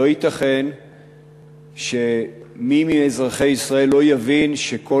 לא ייתכן שמי מאזרחי ישראל לא יבין שכל